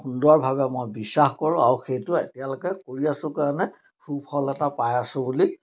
সুন্দৰভাৱে মই বিশ্বাস কৰোঁ আৰু সেইটো এতিয়ালৈকে কৰি আছোঁ কাৰণে সুফল এটা পাই আছোঁ বুলি